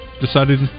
decided